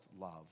love